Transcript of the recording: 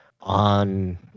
on